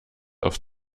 auf